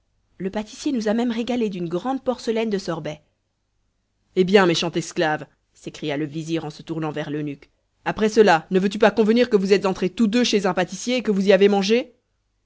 le pâtissier nous a même régalés d'une grande porcelaine de sorbet hé bien méchant esclave s'écria le vizir en se tournant vers l'eunuque après cela ne veux-tu pas convenir que vous êtes entrés tous deux chez un pâtissier et que vous y avez mangé